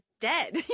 dead